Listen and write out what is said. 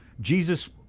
Jesus